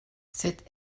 cette